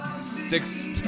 six